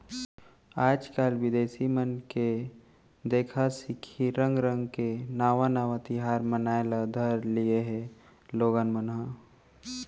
आजकाल बिदेसी मन के देखा सिखी रंग रंग के नावा नावा तिहार मनाए ल धर लिये हें लोगन मन ह